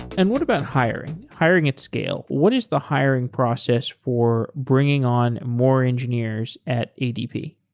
and what about hiring? hiring at scale? what is the hiring process for bringing on more engineers at adp?